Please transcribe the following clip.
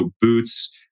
boots